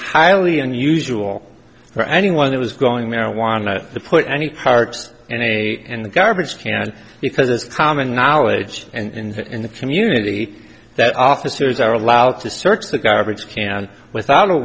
highly unusual for anyone that was going marijuana to put any parks any in the garbage can because it's common knowledge and in the community that officers are allowed to search the garbage can without a